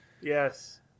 Yes